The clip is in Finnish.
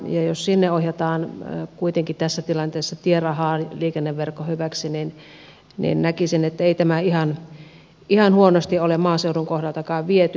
jos sinne ohjataan kuitenkin tässä tilanteessa tierahaa liikenneverkon hyväksi niin näkisin että ei tämä ihan huonosti ole maaseudun kohdaltakaan viety